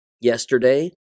Yesterday